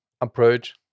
approach